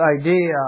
idea